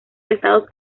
estados